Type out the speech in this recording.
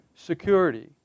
Security